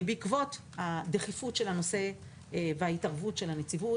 בעקבות דחיפות הנושא והתערבות הנציבות,